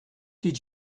did